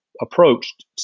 approached